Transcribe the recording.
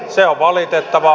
se on valitettavaa